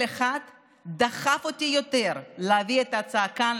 אחד דחף אותי יותר להביא את ההצעה לכאן,